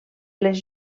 les